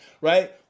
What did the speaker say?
right